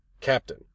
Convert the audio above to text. Captain